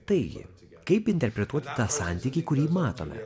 taigi kaip interpretuoti tą santykį kurį matome